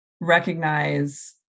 recognize